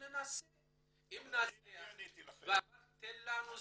תן לנו זמן,